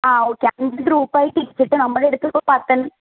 ആ ഒക്കെ അഞ്ച് ഗ്രൂപ്പ് ആയി തിരിച്ചിട്ട് നമ്മുടെ അടുത്ത്ന്ന് പത്ത്